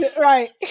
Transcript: Right